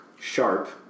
sharp